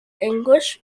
english